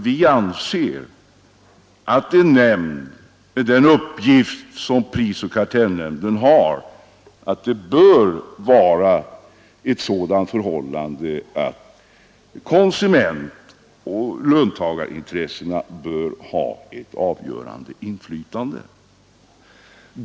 Vi anser att med den uppgift som prisoch kartellnämnden har bör konsumentoch löntagarintressena ha ett avgörande inflytande.